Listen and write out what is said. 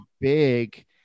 big